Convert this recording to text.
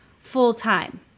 full-time